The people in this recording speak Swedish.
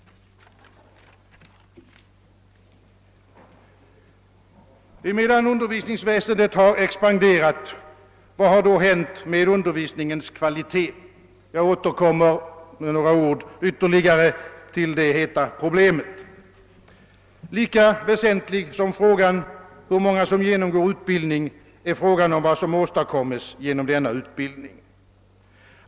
Medan <:undervisningsväsendet har expanderat, vad har då hänt med undervisningens kvalitet? Jag återkommer till detta heta problem. Lika väsentlig som frågan är om hur många som genomgår utbildning är frågan om vad som åstadkommes genom denna utbildning.